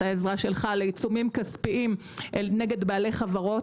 העזרה שלך לעיצומים כספיים נגד בעלי חברות,